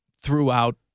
throughout